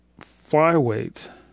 Flyweight